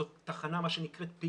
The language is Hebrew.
זאת תחנה, מה שנקרא פיקרית,